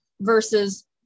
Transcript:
versus